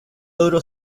oro